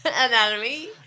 anatomy